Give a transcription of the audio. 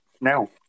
No